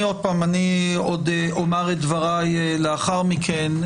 עוד פעם, אני עוד אומר את דבריי לאחר מכן.